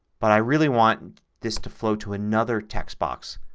but i really want this to flow to another text box.